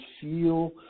feel